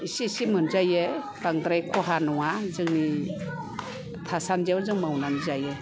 इसे इसे मोनजायो बांद्राय खहा नङा जोंनि थासान्दिआव जों मावनानै जायो